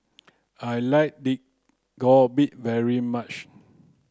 I like Dak Galbi very much